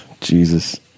Jesus